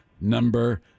number